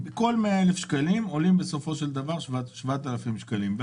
כל 100,000 שקלים עולים בסופו של דבר 7,000 שקלים.